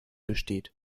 besteht